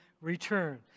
return